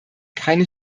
keine